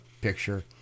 picture